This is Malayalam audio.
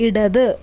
ഇടത്